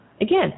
Again